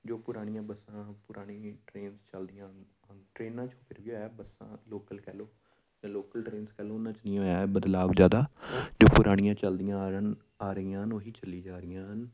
ਜੋ ਪੁਰਾਣੀਆਂ ਬੱਸਾਂ ਪੁਰਾਣੀ ਟ੍ਰੇਨਸ ਚੱਲਦੀਆਂ ਹਨ ਟ੍ਰੇਨਾਂ 'ਚ ਫਿਰ ਵੀ ਆਇਆ ਬੱਸਾਂ ਲੋਕਲ ਕਹਿ ਲਓ ਜਾਂ ਲੋਕਲ ਟ੍ਰੇਨਸ ਕਹਿ ਲਓ ਉਹਨਾਂ 'ਚ ਨਹੀਂ ਆਇਆ ਬਦਲਾਅ ਜ਼ਿਆਦਾ ਜੋ ਪੁਰਾਣੀਆਂ ਚੱਲਦੀਆਂ ਆਰਨ ਆ ਰਹੀਆਂ ਹਨ ਉਹ ਹੀ ਚੱਲੀ ਜਾ ਰਹੀਆਂ ਹਨ